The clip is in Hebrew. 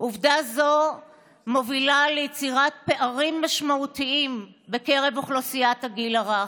עובדה זו מובילה ליצירת פערים משמעותיים בקרב אוכלוסיית הגיל הרך.